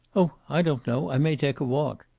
oh, i don't know. i may take a walk.